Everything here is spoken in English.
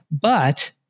but-